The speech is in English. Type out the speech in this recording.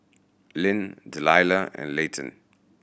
Lyn Delila and Layton